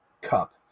cup